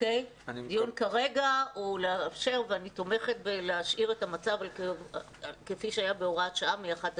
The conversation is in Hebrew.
אני תומכת בלהשאיר את המצב כפי שהיה בהוראת השעה.